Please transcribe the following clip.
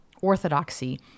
orthodoxy